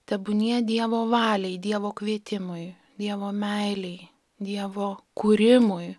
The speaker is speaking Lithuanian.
tebūnie dievo valiai dievo kvietimui dievo meilei dievo kūrimui